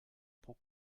pro